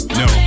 no